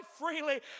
freely